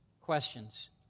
questions